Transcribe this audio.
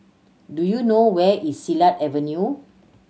do you know where is Silat Avenue